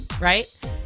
right